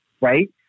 right